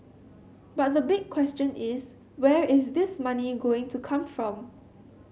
but the big question is where is this money is going to come from